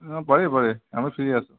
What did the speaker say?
অঁ পাৰি পাৰি আমি ফ্ৰী আছো